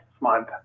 month